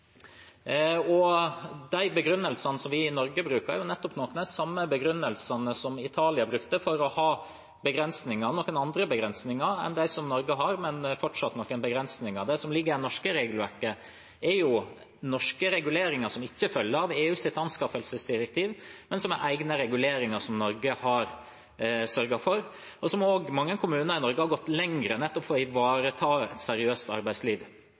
De begrunnelsene vi i Norge bruker, er jo nettopp noen av de samme begrunnelsene som Italia brukte for å ha begrensninger. Det er noen andre begrensninger enn dem Norge har, men det er fortsatt noen begrensninger. Det som ligger i det norske regelverket, er jo norske reguleringer som ikke følger av EUs anskaffelsesdirektiv, men som er egne reguleringer som Norge har sørget for, og der mange kommuner i Norge har gått enda lenger, nettopp for å ivareta et seriøst arbeidsliv.